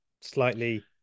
slightly